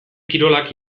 kirolak